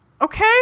Okay